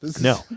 No